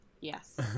yes